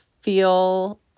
feel